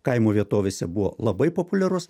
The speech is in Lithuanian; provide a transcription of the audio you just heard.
kaimo vietovėse buvo labai populiarus